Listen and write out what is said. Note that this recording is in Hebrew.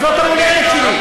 זאת המולדת שלי.